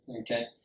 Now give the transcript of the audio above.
okay